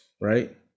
right